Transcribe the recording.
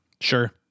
Sure